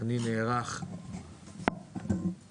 אנחנו נערכים לקליטת